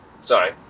sorry